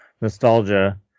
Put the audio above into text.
nostalgia